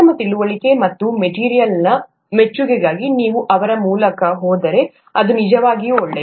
ಉತ್ತಮ ತಿಳುವಳಿಕೆ ಮತ್ತು ಮೆಟೀರಿಯಲ್ನ ಮೆಚ್ಚುಗೆಗಾಗಿ ನೀವು ಅವರ ಮೂಲಕ ಹೋದರೆ ಅದು ನಿಜವಾಗಿಯೂ ಒಳ್ಳೆಯದು